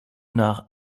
nach